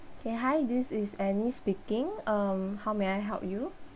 okay hi this is anni speaking um how may I help you